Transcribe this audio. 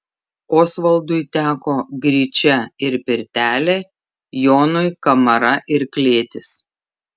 osvaldui teko gryčia ir pirtelė jonui kamara ir klėtis